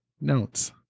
notes